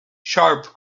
sharp